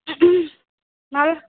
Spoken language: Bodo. मा